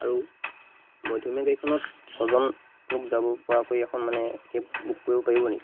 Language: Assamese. আৰু মধ্যমীয়া গাড়ীখনত ছয়জনক যাব পৰাকৈ এখন মানে কেব বুক কৰিব পাৰিব নি